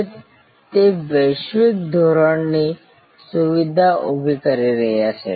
કે તે વૈશ્વિક ધોરણની સુવિધા ઉભી કરી શકે